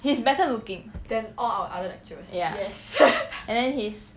he's better looking ya and then